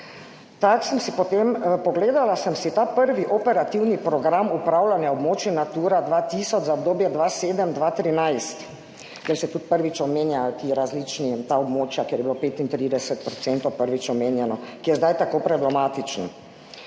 celo delno nasprotujejo. Potem sem si ta prvi operativni program upravljanja območij Natura 2000 za obdobje 2007-2013 kjer se tudi prvič omenjajo ti različni, ta območja, kjer je bilo 35 % prvič omenjeno, ki je zdaj tako problematičen.